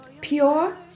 pure